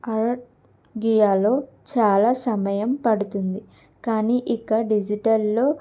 ఆ గీయాలో చాలా సమయం పడుతుంది కానీ ఇక డిజిటల్లో